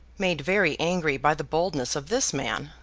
made very angry by the boldness of this man,